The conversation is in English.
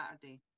Saturday